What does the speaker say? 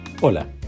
Hola